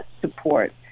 support